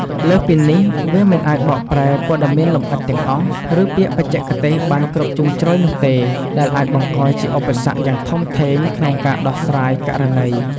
លើសពីនេះវាមិនអាចបកប្រែ ព័ត៌មានលម្អិតទាំងអស់ ឬពាក្យបច្ចេកទេសបានគ្រប់ជ្រុងជ្រោយនោះទេ ដែលអាចបង្កជាឧបសគ្គយ៉ាងធំធេងក្នុងការដោះស្រាយករណី។